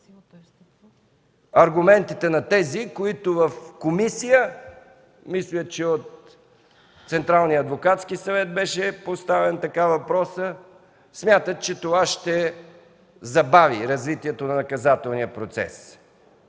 аргументите на тези, които в комисията – мисля, че от Централния адвокатски съвет беше поставен така въпросът, смятат, че това ще забави развитието на наказателния процес.